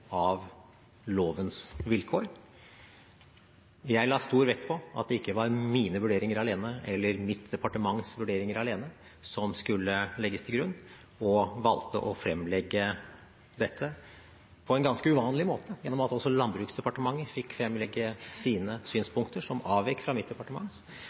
av lovens vilkår. Jeg la stor vekt på at det ikke var mine eller mitt departements vurderinger alene som skulle legges til grunn, og valgte å fremlegge dette på en ganske uvanlig måte, gjennom at også Landbruksdepartementet fikk fremlegge sine synspunkter, som avvek fra mitt